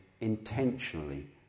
intentionally